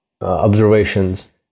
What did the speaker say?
observations